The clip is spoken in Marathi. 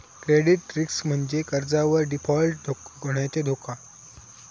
क्रेडिट रिस्क म्हणजे कर्जावर डिफॉल्ट होण्याचो धोका